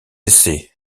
essais